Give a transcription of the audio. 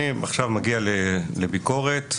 אני מגיע עכשיו לביקורת.